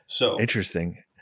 Interesting